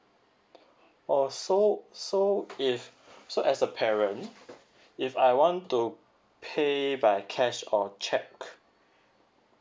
or so so if so as a parent if I want to pay by cash or cheque